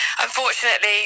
unfortunately